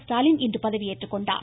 ஸ்டாலின் இன்று பதவியேற்றுக் கொண்டார்